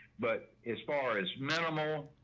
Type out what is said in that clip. but as far as minimal,